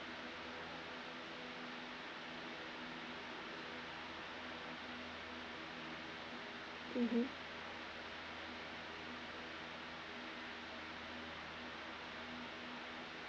mmhmm